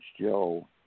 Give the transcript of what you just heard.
Joe